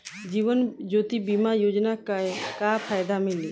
जीवन ज्योति बीमा योजना के का फायदा मिली?